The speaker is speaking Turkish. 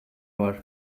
var